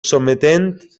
sometent